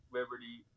liberty